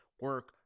Work